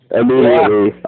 immediately